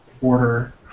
Order